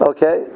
Okay